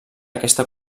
aquesta